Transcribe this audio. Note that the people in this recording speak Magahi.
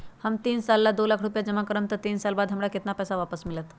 हम तीन साल ला दो लाख रूपैया जमा करम त तीन साल बाद हमरा केतना पैसा वापस मिलत?